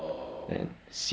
I don't see you reskill though